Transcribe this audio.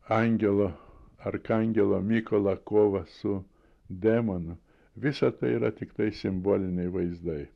angelo arkangelo mykolo kovą su demonu visa tai yra tiktai simboliniai vaizdai